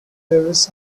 lewis